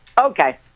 okay